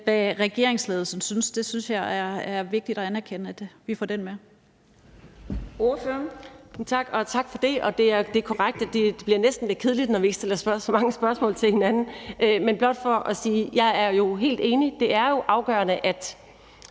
hvad regeringsledelsen synes, synes jeg det er vigtigt at anerkende at vi får med.